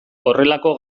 horrelako